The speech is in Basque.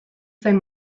zen